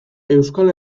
euskal